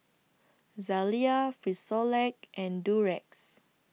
Zalia Frisolac and Durex